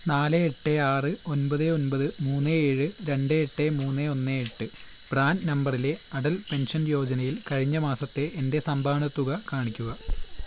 നാല് എട്ട് ആറ് ഒൻപത് ഒൻപത് മൂന്ന് ഏഴ് രണ്ട് എട്ട് മൂന്ന് ഒന്ന് എട്ട് പ്രാൻ നമ്പറിലെ അടൽ പെൻഷൻ യോജനയിൽ കഴിഞ്ഞ മാസത്തെ എൻ്റെ സംഭാവന തുക കാണിക്കുക